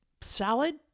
salad